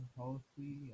policy